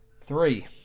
Three